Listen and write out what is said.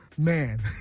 Man